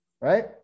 right